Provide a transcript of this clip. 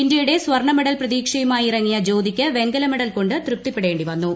ഇന്ത്യയുടെ സ്വർണ്ണ മെഡൽ പ്രതീക്ഷയുമായി ഇറങ്ങിയും ജ്യോതിക്ക് വെങ്കലമെഡൽ കൊണ്ട് തൃപ്തിപ്പെടേണ്ടി വന്നു